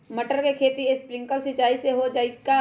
मटर के खेती स्प्रिंकलर सिंचाई से हो जाई का?